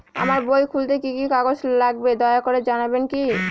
আমার বই খুলতে কি কি কাগজ লাগবে দয়া করে জানাবেন কি?